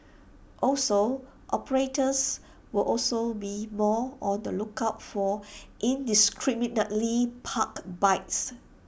also operators will also be more on the lookout for indiscriminately parked bikes